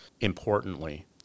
importantly